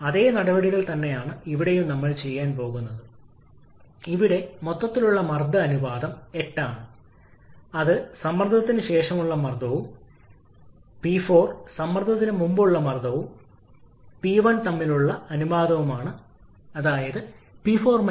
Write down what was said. അതിനാൽ ഇപ്പോൾ എൽപി ടർബൈനിലേക്ക് നോക്കുക പക്ഷേ എൽപി ടർബൈനിലേക്ക് പോകുന്നതിനുമുമ്പ് എൽപി ഘട്ടങ്ങളിൽ എന്താണുള്ളതെന്ന് നോക്കുക